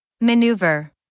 Maneuver